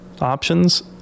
options